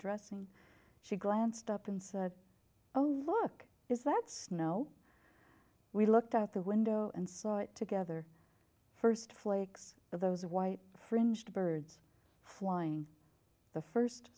dressing she glanced up and said oh look is that snow we looked out the window and saw it together first flakes of those white fringe birds flying the first